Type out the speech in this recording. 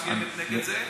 נגד זה.